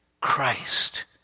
Christ